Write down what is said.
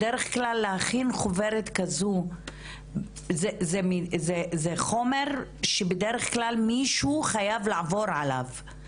בדרך-כלל להכין חוברת כזו זה חומר שבדרך-כלל מישהו חייב לעבור עליו.